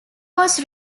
was